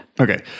okay